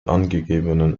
angegebenen